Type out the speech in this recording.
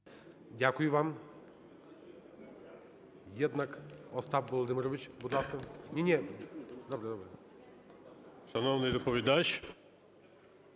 Дякую вам.